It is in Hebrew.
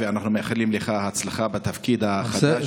ואנחנו מאחלים לך בהצלחה בתפקיד החדש.